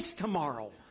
Tomorrow